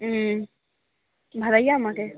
हूँ भदैया मकइ